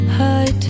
high